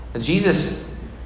Jesus